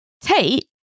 Tate